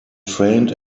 trained